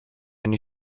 any